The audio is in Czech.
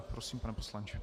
Prosím, pane poslanče.